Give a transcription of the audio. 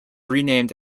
renamed